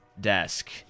desk